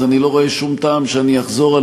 אז אני לא רואה שום טעם שאני אחזור על